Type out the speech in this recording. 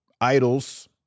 idols